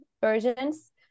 versions